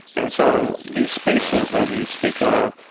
and so these spaces that you speak of,